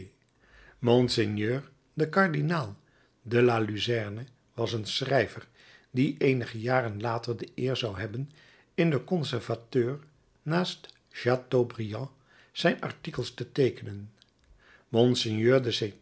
mgr de kardinaal de la luzerne was een schrijver die eenige jaren later de eer zou hebben in den conservateur naast chateaubriand zijn artikels te teekenen mgr de